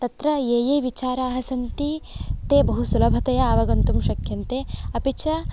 तत्र ये ये विचाराः सन्ति ते बहुसुलभतया अवगन्तुं शक्यन्ते अपि च